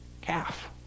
calf